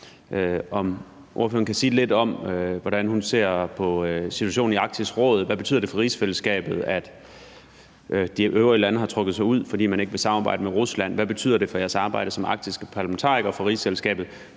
om ordføreren kan sige lidt om, hvordan hun ser på situationen i Arktisk Råd, og hvad det betyder for rigsfællesskabet, at de øvrige lande har trukket sig ud, fordi man ikke vil samarbejde med Rusland. Hvad betyder det for jeres arbejde som arktiske parlamentarikere fra rigsfællesskabet,